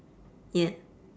yeah